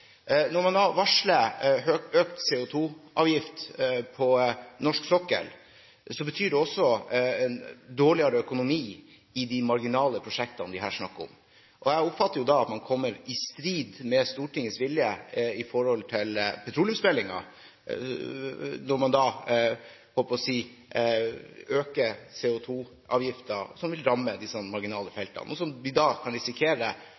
Når man da varsler økt CO2-avgift på norsk sokkel, betyr det også dårligere økonomi i de marginale prosjektene som vi her snakker om. Jeg oppfatter at man i petroleumsmeldingen kommer i strid med Stortingets vilje når man øker CO2-avgiften, noe som vil ramme disse marginale feltene, og vi kan da risikere